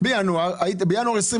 בינואר 2021